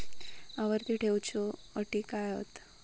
आवर्ती ठेव च्यो अटी काय हत?